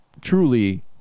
truly